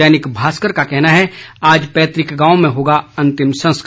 दैनिक भास्कर का कहना है आज पैतुक गांव में होगा अंतिम संस्कार